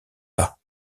pas